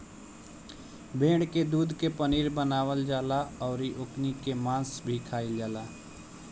भेड़ के दूध के पनीर बनावल जाला अउरी ओकनी के मांस भी खाईल जाला